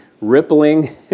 rippling